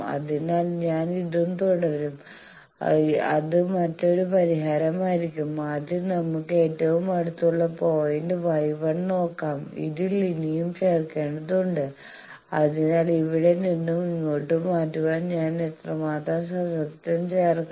അതിനാൽ ഞാൻ ഇതും തുടരാം അത് മറ്റൊരു പരിഹാരമായിരിക്കും ആദ്യം നമുക്ക് ഏറ്റവും അടുത്തുള്ള പോയിന്റ് Y 1 നോക്കാം ഇതിൽ ഇനിയും ചേർക്കേണ്ടതുണ്ട് അതിനാൽ ഇവിടെ നിന്ന് ഇങ്ങോട്ട് മാറ്റുവാൻ ഞാൻ എത്രമാത്രം സസെപ്റ്റൻസ് ചേർക്കണം